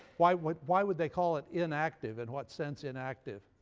why would why would they call it inactive in what sense inactive?